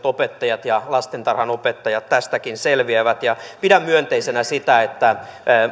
opettajat ja lastentarhanopettajat tästäkin selviävät ja pidän myönteisenä sitä että